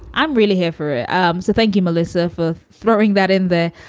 i'm really here for it. um so thank you, melissa, for throwing that in there.